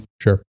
sure